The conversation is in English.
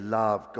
love